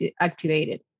activated